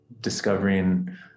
discovering